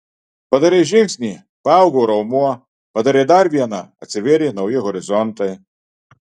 padarei žingsnį paaugo raumuo padarei dar vieną atsivėrė nauji horizontai